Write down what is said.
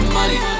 money